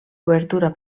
obertura